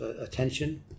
attention